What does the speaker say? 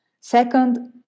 Second